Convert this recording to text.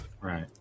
Right